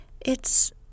It's